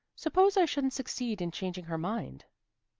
suppose i shouldn't succeed in changing her mind?